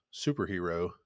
superhero